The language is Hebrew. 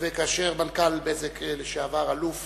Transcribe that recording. וכאשר מנכ"ל "בזק" לשעבר, אלוף